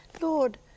Lord